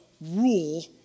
Rule